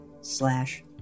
slash